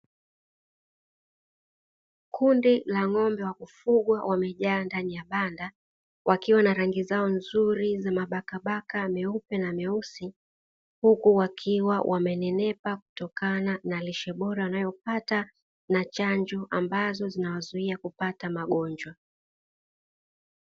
Kundi la ng'ombe wa kufugwa wamejaa ndani ya banda wakiwa na rangi zao nzuri za mabakabaka meupe na meusi, huku wakiwa wamenenepa kutokana na lishe bora wanayopata na chanjo ambazo zinawazuia kupata magonjwa.